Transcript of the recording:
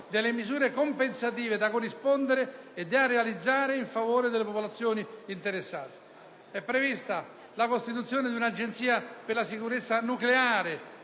delle misure compensative da corrispondere e da realizzare in favore delle popolazioni interessate. È prevista, inoltre, la costituzione dell'Agenzia per la sicurezza nucleare,